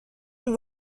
ازش